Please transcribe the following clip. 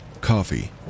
coffee